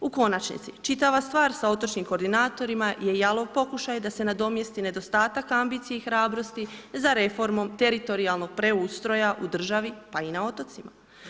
U konačnici, čitava stvar sa otočnim koordinatorima je jalov pokušaj da se nadomjesti nedostatak ambicije i hrabrosti za reformom teritorijalnog preustroja u državi pa i na otocima.